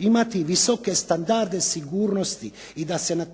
imati visoke standarde sigurnosti i da se samo